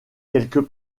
quelques